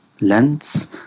lens